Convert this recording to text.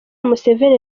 museveni